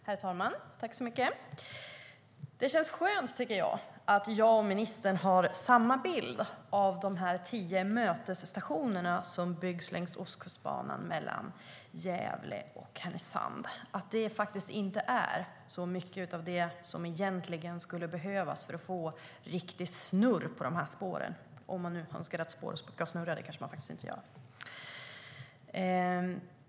Herr talman! Det känns skönt, tycker jag, att jag och ministern har samma bild av de tio mötesstationer som byggs längs Ostkustbanan mellan Gävle och Härnösand, att det är inte så mycket av det som egentligen skulle behövas för att få riktigt snurr på spåren - om man nu önskar att spåren ska snurra; det kanske man inte gör.